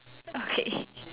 okay